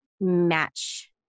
match